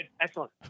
Excellent